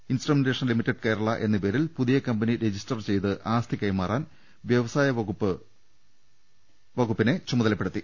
instrumentation limited Kerala എന്ന പേരിൽ പുതിയ കമ്പനി രജിസ്റ്റർ ചെയ്ത് ആസ്തി കൈമാ റാൻ വ്യവസായ വകുപ്പ് റിയാബിനെ ചുമതലപ്പെടുത്തി